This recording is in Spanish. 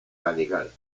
radical